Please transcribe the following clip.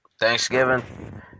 Thanksgiving